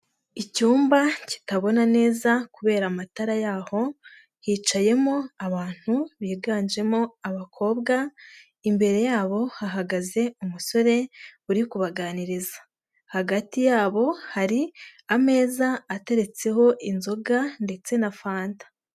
Icyumba kitabona neza kubera amatara yaho, hicayemo abantu biganjemo abakobwa, imbere yabo hahagaze umusore uri kubaganiriza. Hagati yabo hari ameza ateretseho inzoga ndetse na fanta.